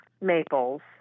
maples